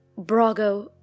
Brago